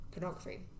pornography